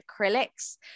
acrylics